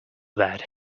that